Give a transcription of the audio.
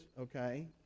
okay